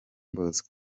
bosco